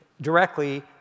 directly